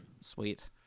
Sweet